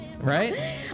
Right